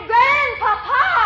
Grandpapa